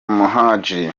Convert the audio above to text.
muhadjili